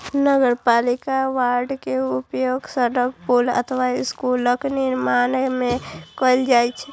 नगरपालिका बांड के उपयोग सड़क, पुल अथवा स्कूलक निर्माण मे कैल जाइ छै